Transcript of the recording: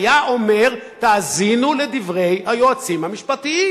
הוא היה אומר: תאזינו לדברי היועצים המשפטיים.